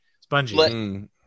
Spongy